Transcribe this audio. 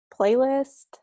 playlist